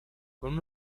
con